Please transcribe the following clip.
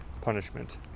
punishment